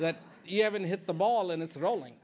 that you haven't hit the ball and it's rolling